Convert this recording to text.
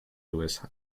louis